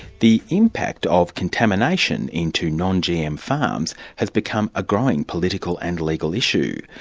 the impact of contamination into non-gm ah um farms has become a growing political and legal issue.